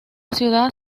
ciudad